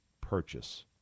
purchase